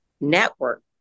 network